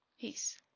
Peace